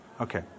Okay